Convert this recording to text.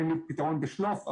אין לי פתרון בשלוף,